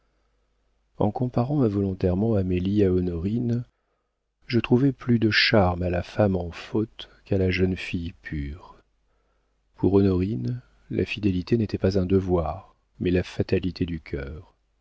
en comparant involontairement amélie à honorine je trouvais plus de charme à la femme en faute qu'à la jeune fille pure pour honorine la fidélité n'était pas un devoir mais la fatalité du cœur